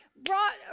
brought